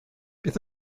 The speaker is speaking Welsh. beth